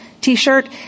T-shirt